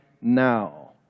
now